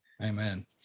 amen